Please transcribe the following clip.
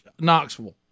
Knoxville